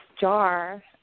jar